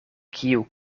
kiu